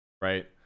Right